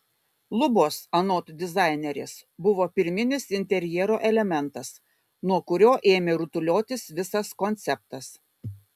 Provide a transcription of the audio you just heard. lubos anot dizainerės buvo pirminis interjero elementas nuo kurio ėmė rutuliotis visas konceptas